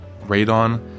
radon